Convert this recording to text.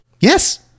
Yes